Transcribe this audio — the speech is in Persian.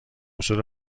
اصول